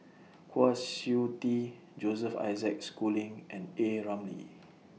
Kwa Siew Tee Joseph Isaac Schooling and A Ramli